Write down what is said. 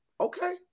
okay